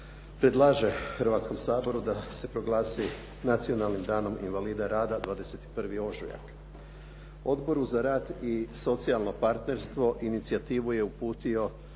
predlaže Hrvatskom saboru da se proglasi "Nacionalnim danom invalida rada" 21. ožujak. Odboru za rad i socijalno partnerstvo inicijativu je uputio